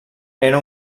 era